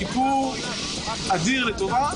משרד הפנים, עאטף חיראלדין.